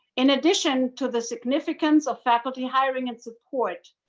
in addition to the significance of faculty hiring and support,